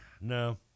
No